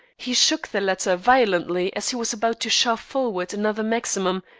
he shook the latter violently as he was about to shove forward another maximum,